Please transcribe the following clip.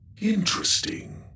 Interesting